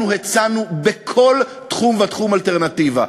אנחנו הצענו בכל תחום ותחום אלטרנטיבה.